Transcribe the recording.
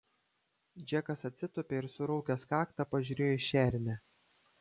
džekas atsitūpė ir suraukęs kaktą pažiūrėjo į šernę